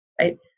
right